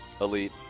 Elite